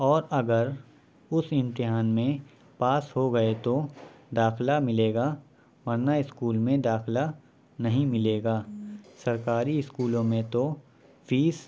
اور اگر اس امتحان میں پاس ہوگئے تو داخلہ ملے گا ورنہ اسکول میں داخلہ نہیں ملے گا سرکاری اسکولوں میں تو فیس